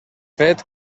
fet